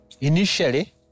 initially